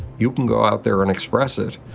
you can go out there and express it,